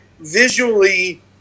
visually